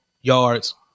yards